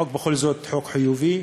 החוק בכל זאת חוק חיובי,